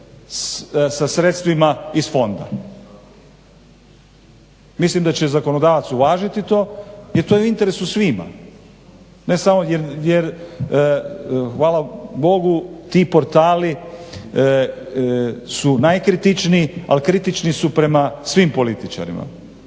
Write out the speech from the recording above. sa sredstvima iz fonda. Mislim da će zakonodavac uvažiti to jer to je u interesu svima, jer hvala Bogu ti portali su najkritičniji ali kritični su prema svim političarima